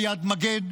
ליד מגן,